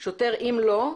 שוטר: " אם לא,